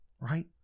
right